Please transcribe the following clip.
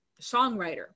songwriter